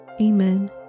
Amen